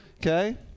Okay